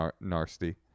nasty